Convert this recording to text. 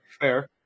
fair